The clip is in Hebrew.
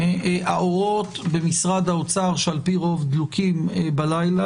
ולומר שהאורות במשרד האוצר שעל פי רוב דלוקים בלילה,